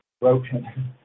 broken